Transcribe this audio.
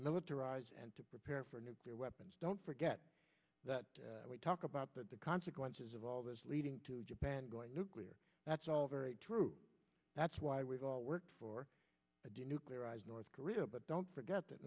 to militarize and to prepare for nuclear weapons don't forget that we talk about the consequences of all this leading to japan going nuclear that's all very true that's why we've all worked for a denuclearized north korea but don't forget that